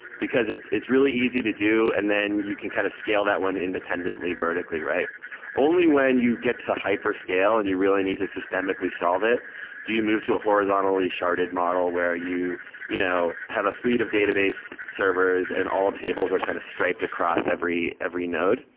because it's it's really easy to do and then you can kind of scale that one independently vertically. only when you get to hyper scale and you really need to systemically solve it do you move to a horizontally sharded model where you you know have a fleet of database servers and all tables are kind of striped across every every node.